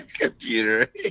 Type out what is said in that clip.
Computer